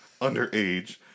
underage